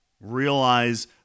Realize